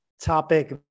topic